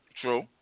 True